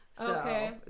Okay